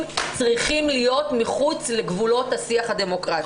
צריכים להיות מחוץ לגבולות השיח הדמוקרטי.